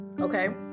Okay